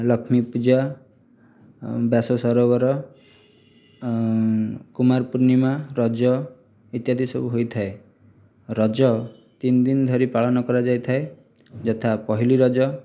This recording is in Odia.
ଲକ୍ଷ୍ମୀ ପୂଜା ବ୍ୟାସ ସରୋବର କୁମାର ପୂର୍ଣ୍ଣିମା ରଜ ଇତ୍ୟାଦି ସବୁ ହୋଇଥାଏ ରଜ ତିନିଦିନ ଧରି ପାଳନ କରାଯାଇଥାଏ ଯଥା ପହିଲି ରଜ